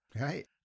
right